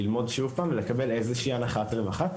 ללמוד עוד פעם ולקבל איזושהי אנחת רווחה,